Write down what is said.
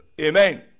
Amen